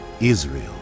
Israel